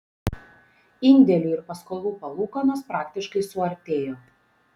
indėlių ir paskolų palūkanos praktiškai suartėjo